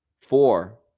four